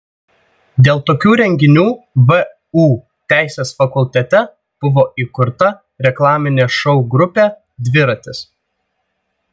dėl tokių renginių vu teisės fakultete buvo įkurta reklaminė šou grupė dviratis